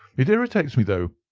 it irritates me though.